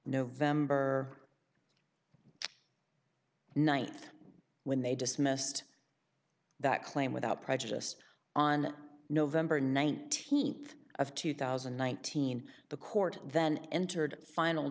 november ninth when they dismissed that claim without prejudiced on november nineteenth of two thousand one thousand the court then entered the final